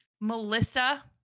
melissa